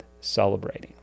celebrating